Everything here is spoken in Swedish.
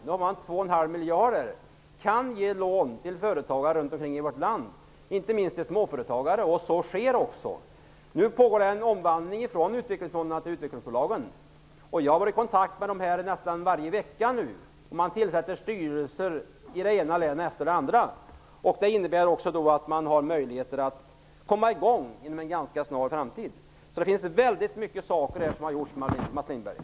Nu har vi 2,5 miljarder och kan ge lån till företagare, inte minst till småföretagare, i vårt land. Detta sker också. Det pågår nu en omvandling från utvecklingsfonderna till utvecklingsbolagen. Jag har varit i kontakt med dem nästan varje vecka nu. Man tillsätter styrelser i det ena länet efter det andra. Det innebär att man har möjligheter att komma i gång inom en ganska snar framtid. Väldigt många saker har gjorts, Mats